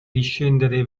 discendere